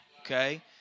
Okay